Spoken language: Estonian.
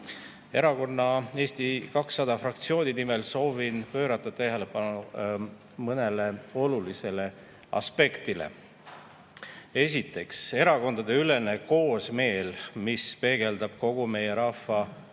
Erakonna Eesti 200 fraktsiooni nimel soovin pöörata tähelepanu mõnele olulisele aspektile. Esiteks, erakondadeülene koosmeel, mis peegeldab kogu meie rahva